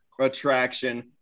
attraction